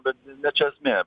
bet ne čia esmė